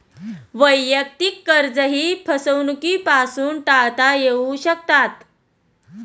वैयक्तिक कर्जेही फसवणुकीपासून टाळता येऊ शकतात